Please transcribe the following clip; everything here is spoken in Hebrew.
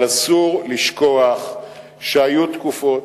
אבל אסור לשכוח שהיו תקופות,